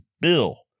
Bill